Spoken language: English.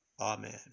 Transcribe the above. Amen